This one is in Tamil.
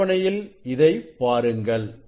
அட்டவணையில் இதை பாருங்கள்